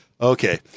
Okay